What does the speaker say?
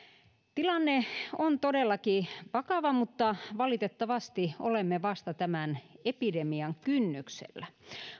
tilanne on todellakin vakava mutta valitettavasti olemme vasta tämän epidemian kynnyksellä